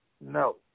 No